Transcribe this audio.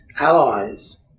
allies